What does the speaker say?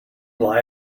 lie